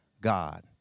God